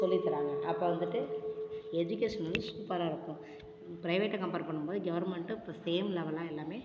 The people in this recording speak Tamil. சொல்லித் தராங்க அப்போ வந்துட்டு எஜுகேஷன் வந்து சூப்பராக இருக்கும் பிரைவேட்டை கம்ப்பேர் பண்ணும் போது கவர்மெண்ட்டு இப்போ சேம் லெவலாக எல்லாமே